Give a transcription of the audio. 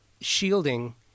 shielding